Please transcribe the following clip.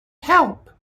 help